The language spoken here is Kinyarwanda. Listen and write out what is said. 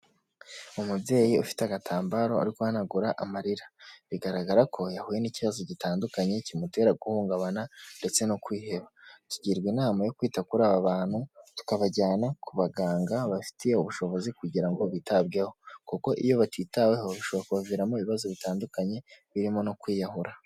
Umubyeyi ufite agatambaro, ari guhanagura amarira, bigaragara ko yahuye n'ikibazo gitandukanye kimutera guhungabana ndetse no kwiheba, tugirwa inama yo kwita kuri aba bantu, tukabajyana ku baganga babifitiye ubushobozi kugira ngo bitabweho, kuko iyo batitaweho bishobora kubaviramo ibibazo bitandukanye birimo no kwiyahura.